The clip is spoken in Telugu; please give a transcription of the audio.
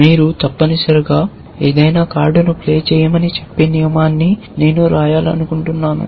మీరు తప్పనిసరిగా ఏదైనా కార్డును ప్లే చేయమని చెప్పే నియమాన్ని నేను వ్రాయాలనుకుంటున్నాను